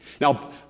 Now